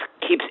keeps